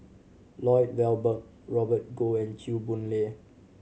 Lloyd Valberg Robert Goh and Chew Boon Lay